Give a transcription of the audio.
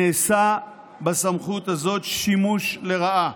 נעשה בסמכות הזאת שימוש לרעה.